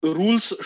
rules